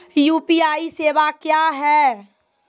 UPI सेवा क्या हैं?